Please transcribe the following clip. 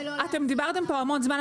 אתם דיברתם פה המון זמן,